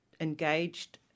engaged